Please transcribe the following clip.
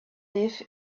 live